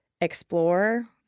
explore